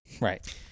Right